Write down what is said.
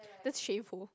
that's shameful